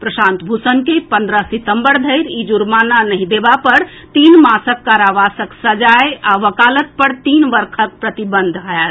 प्रशांत भूषण के पन्द्रह सितम्बर धरि ई जुर्माना नहि देबा पर तीन मासक कारावासक सजाए आ वकालत पर तीन वर्षक प्रतिबंध होएत